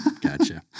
Gotcha